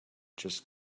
just